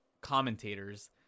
commentators